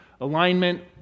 alignment